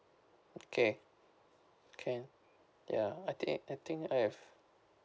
okay can ya I think I think I have